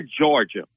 Georgia